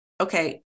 okay